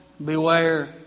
Beware